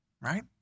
right